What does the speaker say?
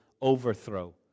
overthrow